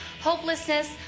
hopelessness